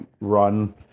run